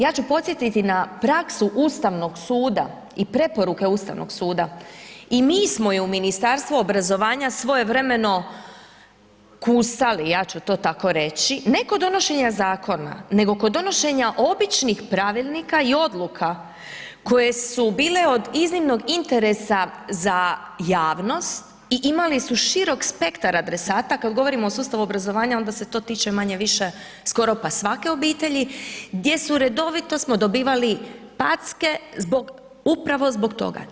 Ja ću podsjetiti na praksu Ustavnog suda i preporuke Ustavnog suda i mi smo je u Ministarstvu obrazovanja svojevremeno kusali, ja ću to tako reći, ne kod donošenja nego kod donošenja običnih pravilnika i odluka koje su bile od iznimnog interesa za javnost i imali su širok spektar adresata, kada govorimo o sustavu obrazovanja onda se to tiče manje-više skoro pa svake obitelji, gdje smo redovito dobivali packe upravo zbog toga.